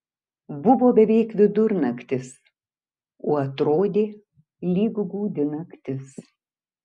buvo beveik vidurnaktis o atrodė lyg gūdi naktis